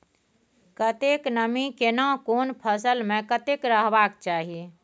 कतेक नमी केना कोन फसल मे कतेक रहबाक चाही?